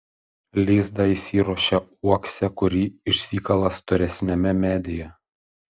lizdą įsiruošia uokse kurį išsikala storesniame medyje